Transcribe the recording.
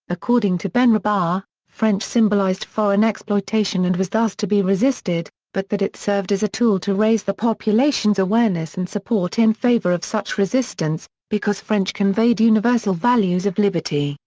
according to benrabah, french symbolized foreign exploitation and was thus to be resisted but that it served as a tool to raise the population's awareness and support in favour of such resistance because french conveyed universal values of liberty,